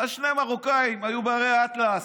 שני מרוקאים היו בהרי האטלס,